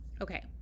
Okay